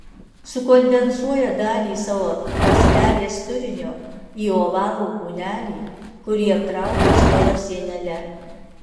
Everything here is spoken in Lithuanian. sukondensuoja dalį savo ląstelės turinio į ovalų kūnelį kurį aptraukia stora sienele